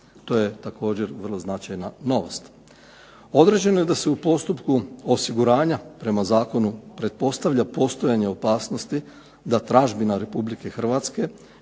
To je također vrlo značajna novost. Određeno je da se u postupku osiguranja prema Zakonu pretpostavlja postojanje opasnosti da tražbina Republike Hrvatske